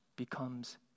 becomes